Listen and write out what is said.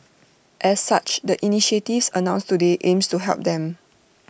as such the initiatives announced today aims to help them